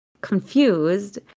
confused